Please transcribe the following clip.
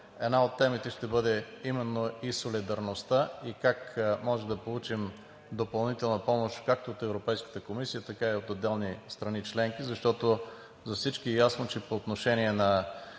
Една от темите ще бъде именно и солидарността, и как можем да получим допълнителна помощ, както от Европейската комисия, така и от отделни страни членки, защото за всички е ясно, че по отношение на